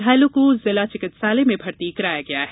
घायलों को जिला चिकित्सालय में भर्ती कराया गया है